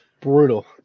Brutal